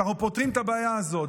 שאנחנו פותרים את הבעיה הזו.